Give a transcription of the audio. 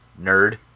nerd